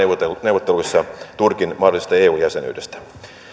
ongelmista neuvotteluissa turkin mahdollisesta eu jäsenyydestä